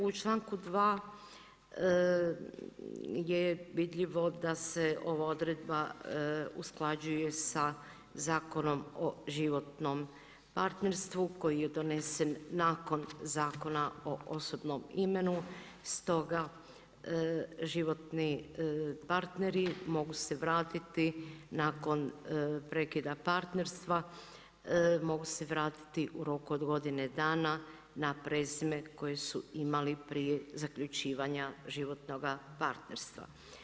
U članku 2. je vidljivo da se ova odredba usklađuje sa Zakonom o životnom partnerstvu koji je donesen nakon Zakona o osobnom imenu, stoga životni partneri mogu se vratiti nakon prekida partnerstva mogu se vratiti u roku od godine dana na prezime koje su imali prije zaključivanja životnoga partnerstva.